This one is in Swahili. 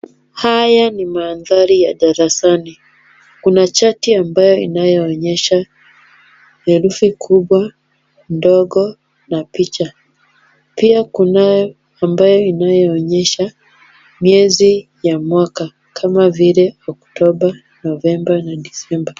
Haya ni mandhari ya darasani, kuna chati ambayo inayoonyesha herufi kubwa, ndogo na picha, pia kunayo ambayo inayoonyesha miezi ya mwaka kama vile Oktoba, Novemba na Desemba.